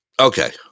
okay